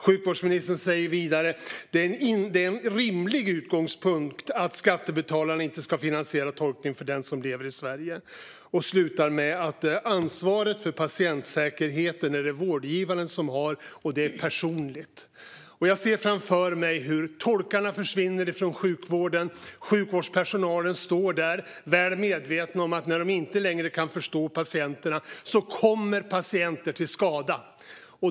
Sjukvårdsministern säger vidare att det är en rimlig utgångspunkt att skattebetalarna inte ska finansiera tolkning för den som lever i Sverige. Hon slutar med att det är vårdgivaren som har ansvaret för patientsäkerheten, och det är personligt. Jag ser framför mig hur tolkarna försvinner från sjukvården och sjukvårdspersonalen står där väl medveten om att när man inte längre kan förstå patienterna kommer patienter till skada.